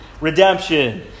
redemption